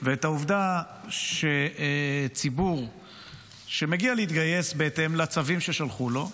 ואת העובדה שציבור שמגיע להתגייס בהתאם לצווים ששלחו לו,